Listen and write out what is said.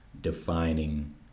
defining